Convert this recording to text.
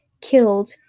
killed